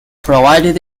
provided